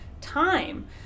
time